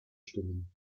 stimmen